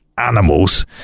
animals